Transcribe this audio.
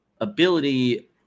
ability